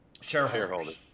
Shareholders